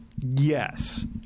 Yes